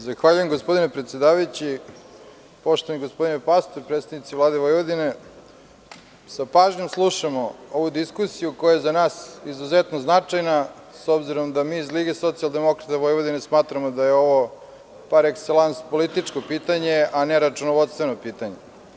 Zahvaljujem gospodine predsedavajući, poštovani gospodine Pastor, predstavnici Vlade Vojvodine, sa pažnjom slušamo ovu diskusiju koja je za nas izuzetno značajna, s obzirom da mi li Lige socijaldemokrata Vojvodine smatramo da je ovo par ekselans političko pitanje, a ne računovodstveno pitanje.